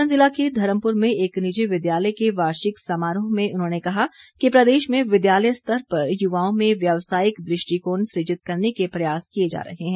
सोलन जिला के धर्मपुर में एक निजी विद्यालय के वार्षिक समारोह में उन्होंने कहा कि प्रदेश में विद्यालय स्तर पर युवाओं में व्यवसायिक दृष्टिकोण सुजित करने के प्रयास किए जा रहे हैं